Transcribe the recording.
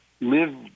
live